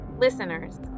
Listeners